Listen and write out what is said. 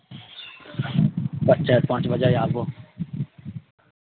अच्छे चारि पाँच बजे आबू